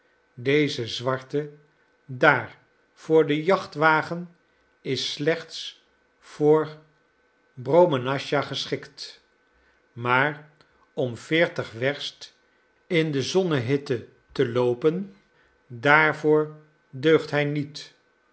deze zwarte daar voor den jachtwagen is slechts voor bromenascha geschikt maar om veertig werst in de zonnehitte te loopen daarvoor deugt hij niet